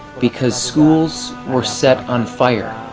because schools were set on fire.